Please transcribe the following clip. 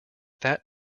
that